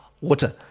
Water